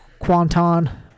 Quanton